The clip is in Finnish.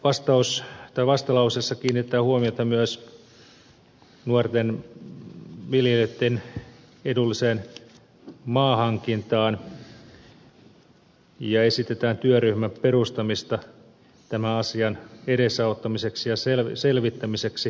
tuossa vastalauseessa kiinnitetään huomiota myös nuorten viljelijöiden edulliseen maanhankintaan ja esitetään työryhmän perustamista tämän asian edesauttamiseksi ja selvittämiseksi